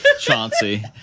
Chauncey